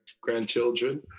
grandchildren